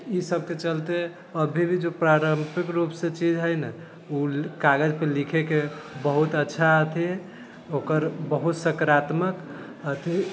ई सबके चलते अभी भी जो पारम्परिक रूपसँ चीज है ने उ कागजपर लिखैके बहुत अच्छा अथी है ओकर बहुत सकारात्मक अथी